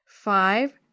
five